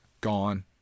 gone